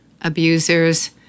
abusers